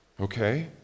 Okay